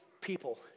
people